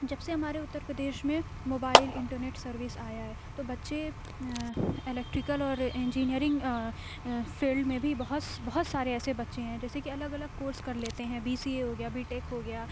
جب سے ہمارے اتر پردیش میں موبائل انٹرنیٹ سروس آیا ہے تو بچے الیکٹریکل اور انجینئرنگ فیلڈ میں بھی بہت بہت سارے ایسے بچے ہیں جیسے کہ الگ الگ کورس کر لیتے ہیں بی سی اے ہو گیا بی ٹیک ہو گیا